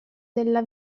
della